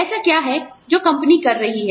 ऐसा क्या है जो कंपनी कर रही है